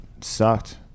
Sucked